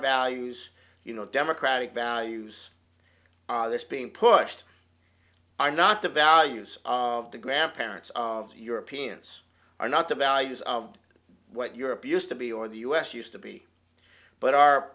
values you know democratic values this being pushed i'm not the values of the grandparents europeans are not the values of what europe used to be or the us used to be but our